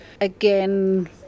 Again